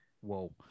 whoa